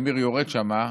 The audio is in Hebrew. אמיר יורד שם,